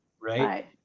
Right